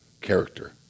character